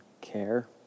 care